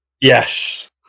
Yes